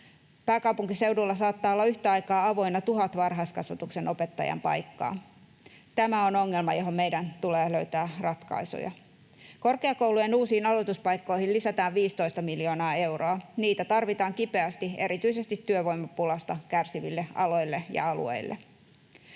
Pääkaupunkiseudulla saattaa olla yhtä aikaa avoinna 1 000 varhaiskasvatuksen opettajan paikkaa. Tämä on ongelma, johon meidän tulee löytää ratkaisuja. Korkeakoulujen uusiin aloituspaikkoihin lisätään 15 miljoonaa euroa. Niitä tarvitaan kipeästi erityisesti työvoimapulasta kärsiville aloille ja alueille.